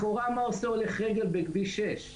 לכאורה מה עושה הולך רגל בכביש 6?